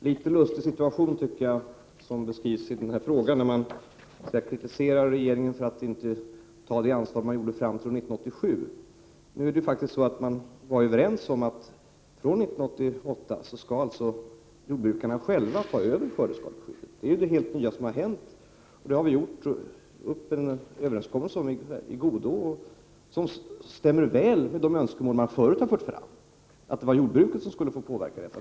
Fru talman! Det är en litet lustig situation, tycker jag, när frågeställaren kritiserar regeringen för att inte ta det ansvar som staten tog fram till 1987. Nu är det faktiskt så att man var överens om att fr.o.m. 1988 skall jordbrukarna själva ha hand om skördeskadeskyddet. Det är det nya som har hänt. Det har träffats en överenskommelse i godo som stämmer med de önskemål jordbrukarna tidigare fört fram, nämligen att de själva skulle ha inflytande över verksamheten.